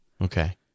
Okay